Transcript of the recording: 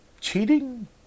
cheating